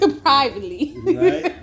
Privately